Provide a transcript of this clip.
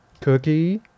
Cookie